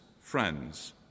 friends